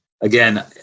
again